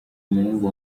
umuhungu